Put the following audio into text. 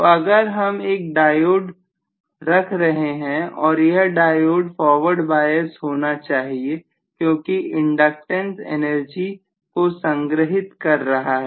तो अगर हम एक डायोड रख रहे हैं और यह डायोड फॉरवर्ड बायस होना चाहिए क्योंकि इंडक्टेंस एनर्जी को संग्रहित कर रहा है